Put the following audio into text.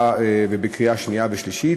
אנחנו כבר נמצאים בקריאה שנייה ושלישית.